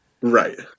Right